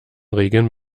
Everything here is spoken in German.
regeln